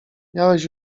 miałeś